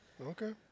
Okay